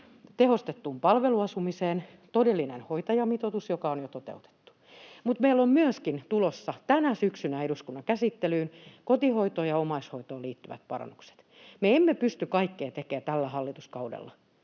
tehostettuun palveluasumiseen todellinen hoitajamitoitus, joka on jo toteutunut, mutta meillä on myöskin tulossa tänä syksynä eduskunnan käsittelyyn kotihoitoon ja omaishoitoon liittyvät parannukset. Me emme pysty kaikkea tekemään tällä hallituskaudella,